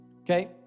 okay